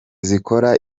zikora